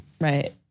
Right